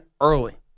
early